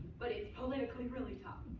but it's politically really tough.